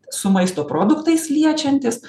su maisto produktais liečiantis